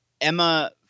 Emma